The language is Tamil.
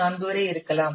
4 வரை இருக்கலாம்